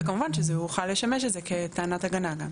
וכמובן שזה יוכל לשמש את זה כטענת הגנה גם.